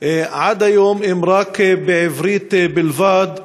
עד היום הם בעברית בלבד.